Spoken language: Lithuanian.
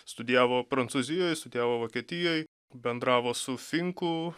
studijavo prancūzijoj studijavo vokietijoj bendravo su finku